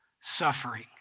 suffering